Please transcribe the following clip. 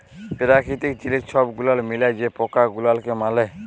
পেরাকিতিক জিলিস ছব গুলাল মিলায় যে পকা গুলালকে মারে